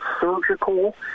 surgical